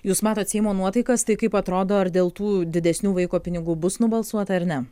jūs matot seimo nuotaikas tai kaip atrodo ar dėl tų didesnių vaiko pinigų bus nubalsuota ir ne